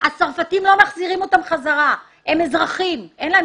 הצרפתים לא מחזירים חזרה לצרפת?